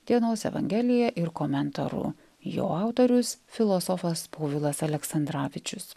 dienos evangelija ir komentaru jo autorius filosofas povilas aleksandravičius